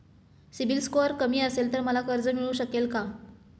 CIBIL score कमी असेल तर मला कर्ज मिळू शकेल का?